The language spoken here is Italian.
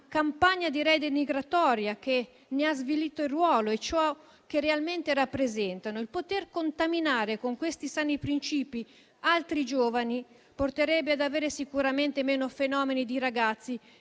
campagna denigratoria che ne ha svilito il ruolo e ciò che realmente rappresentano), poter contaminare con questi sani principi altri giovani, porterebbe sicuramente ad avere meno fenomeni di ragazzi